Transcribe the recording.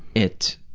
it